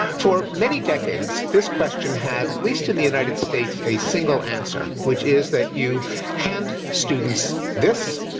for many decades, this question had, at least in the united states, a single answer, which is that you hand students this,